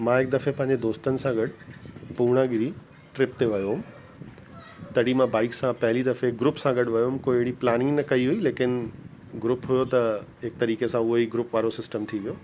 मां हिकु दफ़े पंहिंजे दोस्तन सां गॾ पूर्णागिरी ट्रिप ते वयो हुउम तॾीं मां बाइक सां पेरी दफ़े ग्रुप सां गॾु वयो हुउमि कोई प्लानिंग न कई हुई लेकिन ग्रुप त हिक तरीक़े सां उहो ई ग्रुप वारो सिस्टम थी वियो